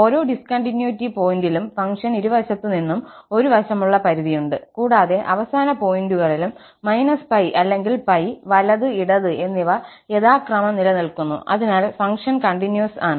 ഓരോ ഡിസ്കണ്ടിന്യൂയിറ്റി പോയിന്റിലും ഫംഗ്ഷന് ഇരുവശത്തുനിന്നും ഒരു വശമുള്ള പരിധിയുണ്ട് കൂടാതെ അവസാന പോയിന്റുകളിലും −π അല്ലെങ്കിൽ π വലത് ഇടത് എന്നിവ യഥാക്രമം നിലനിൽക്കുന്നു അതിനാൽ ഫംഗ്ഷൻ കണ്ടിന്യൂസ് ആണ്